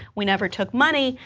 we never took money,